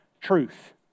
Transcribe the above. Truth